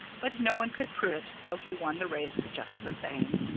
but no one could prove it so he won the race, just the same.